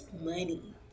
money